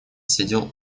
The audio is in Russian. сидел